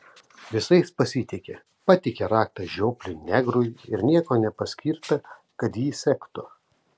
visais pasitiki patiki raktą žiopliui negrui ir nieko nepaskirta kad jį sektų